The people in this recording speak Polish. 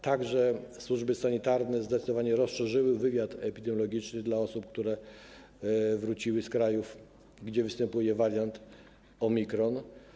Także służby sanitarne zdecydowanie rozszerzyły wywiad epidemiologiczny w przypadku osób, które wróciły z krajów, gdzie występuje wariant Omikron.